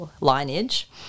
lineage